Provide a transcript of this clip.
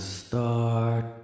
start